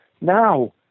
Now